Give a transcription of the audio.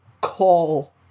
call